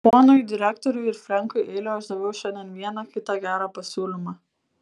ponui direktoriui ir frenkui eliui aš daviau šiandien vieną kitą gerą pasiūlymą